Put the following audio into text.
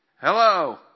Hello